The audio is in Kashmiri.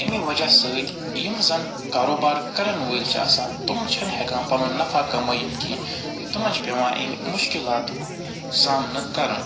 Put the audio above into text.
اَمہِ وجہ سۭتۍ یِم زن کاروبار کرن وٲلۍ چھِ آسان تِم چھِنہٕ ہٮ۪کان پنُن نفع کمٲیِتھ کیٚنٛہہ تِمن چھِ پٮ۪وان یِمہٕ مشکِلات سامنہٕ کَرُن